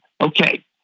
okay